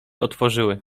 otworzyły